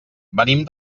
venim